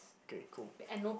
okay cool